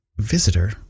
visitor